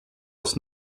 oss